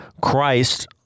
Christ